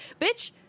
bitch